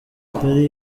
yari